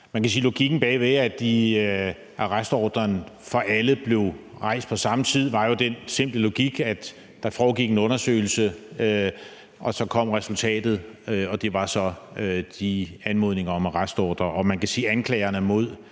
Man kan sige, at logikken bag ved, at arrestordren for alle blev rejst på samme tid, var jo, at der foregik en undersøgelse, og så kom resultatet, og det var så de anmodninger om arrestordre.